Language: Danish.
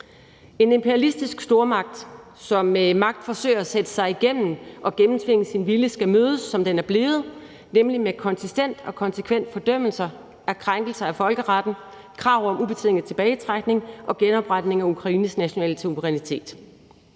En imperialistisk stormagt, som med magt forsøger at sætte sig igennem og gennemtvinge sin vilje, skal mødes, som den er blevet, nemlig med konsistent og konsekvent fordømmelse af krænkelser af folkeretten og krav om ubetinget tilbagetrækning og genopretning af Ukraines nationale suverænitet.